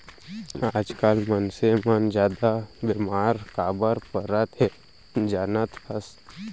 आजकाल मनसे मन जादा बेमार काबर परत हें जानत हस?